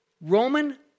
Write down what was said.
Roman